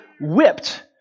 whipped